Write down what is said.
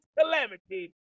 calamity